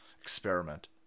experiment